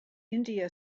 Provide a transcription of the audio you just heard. india